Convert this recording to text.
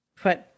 put